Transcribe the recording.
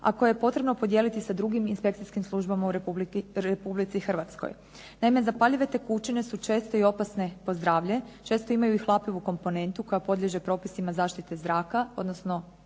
a koje je potrebno podijeliti sa drugim inspekcijskim službama u RH. Naime, zapaljive tekućine su često i opasne po zdravlje, često imaju i hlapivu komponentu koja podliježe propisima zaštite zraka, odnosno